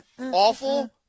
Awful